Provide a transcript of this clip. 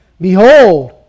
behold